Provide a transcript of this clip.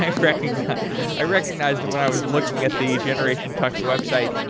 i recognized i recognized him when i was looking at the generation tux website.